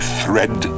thread